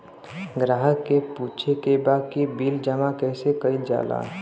ग्राहक के पूछे के बा की बिल जमा कैसे कईल जाला?